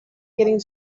getting